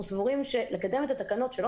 אנחנו סבורים שלקדם את התקנות שלא